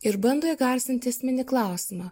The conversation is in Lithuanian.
ir bando įgarsinti esminį klausimą